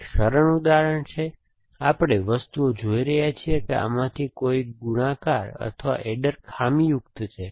આ એક સરળ ઉદાહરણ છે આપણે વસ્તુઓ જોઈ રહ્યા છીએ કે આમાંથી કોઈ એક ગુણાકાર અથવા એડર ખામીયુક્ત છે